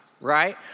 right